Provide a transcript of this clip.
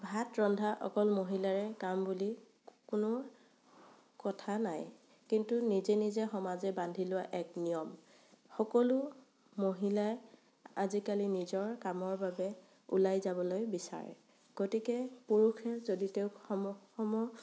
ভাত ৰন্ধা অকল মহিলাৰে কাম বুলি কোনো কথা নাই কিন্তু নিজে নিজে সমাজে বান্ধি লোৱা এক নিয়ম সকলো মহিলাই আজিকালি নিজৰ কামৰ বাবে ওলাই যাবলৈ বিচাৰে গতিকে পুৰুষে যদি তেওঁক সম সম